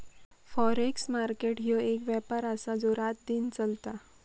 forex market ह्यो एक व्यापार आसा जो रातदिन चलता